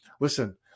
Listen